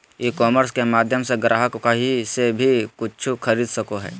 ई commerce के माध्यम से ग्राहक काही से वी कूचु खरीदे सको हइ